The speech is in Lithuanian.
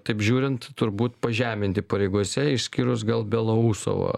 taip žiūrint turbūt pažeminti pareigose išskyrus gal belousovą